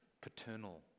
paternal